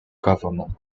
government